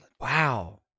Wow